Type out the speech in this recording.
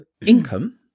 income